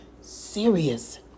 serious